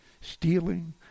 stealing